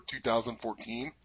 2014